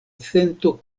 sento